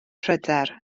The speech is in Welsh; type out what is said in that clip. pryder